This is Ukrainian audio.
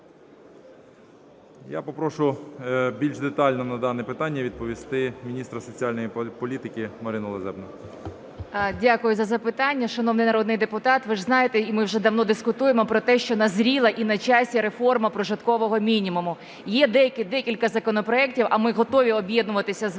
Я попрошу більш детально на дане питання відповісти міністра соціальної політики Марину Лазебну. 11:09:57 ЛАЗЕБНА М.В. Дякую за запитання. Шановний народний депутат, ви ж знаєте і ми давно дискутуємо про те, що назріла і на часі реформа прожиткового мінімуму. Є декілька законопроектів. А ми готові об'єднуватися з вами